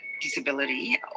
disability